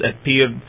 appeared